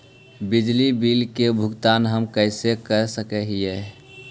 बिजली बिल के भुगतान हम कैसे कर सक हिय?